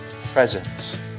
presence